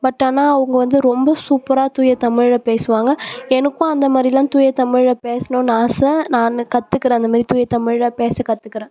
but ஆனால் அவங்க வந்து ரொம்ப சூப்பராக தூய தமிழில் பேசுவாங்க எனக்கும் அந்த மாதிரிலாம் தூய தமிழில் பேசணும்னு ஆசை நானும் கற்றுக்குறேன் அந்த மாதிரி தூய தமிழில் பேச கற்றுக்குறேன்